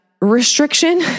restriction